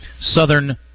southern